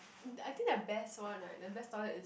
I think their best one right the best toilet is